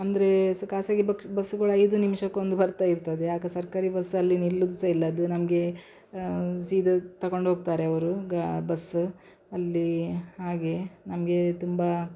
ಅಂದರೆ ಸ ಖಾಸಗಿ ಬಕ್ಸ್ ಬಸ್ಸುಗಳು ಐದು ನಿಮಿಷಕ್ಕೊಂದು ಬರ್ತಾ ಇರ್ತದೆ ಆಗ ಸರ್ಕಾರಿ ಬಸ್ಸಲ್ಲಿ ನಿಲ್ಲುದು ಸಹ ಇಲ್ಲ ಅದು ನಮಗೆ ಸೀದ ತಗೊಂಡು ಹೋಗ್ತಾರೆ ಅವರು ಗಾ ಬಸ್ಸ್ ಅಲ್ಲಿ ಹಾಗೆ ನಮಗೆ ತುಂಬ